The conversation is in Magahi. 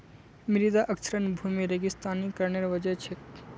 मृदा क्षरण भूमि रेगिस्तानीकरनेर वजह छेक